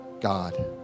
God